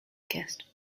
guest